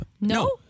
no